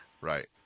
Right